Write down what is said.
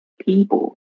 people